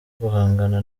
guhangana